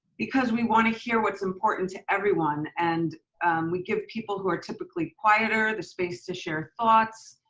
because we wanna hear what's important to everyone. and we give people who are typically quieter the space to share thoughts.